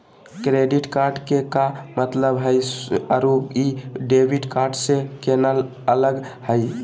Credit card के का मतलब हई अरू ई डेबिट कार्ड स केना अलग हई?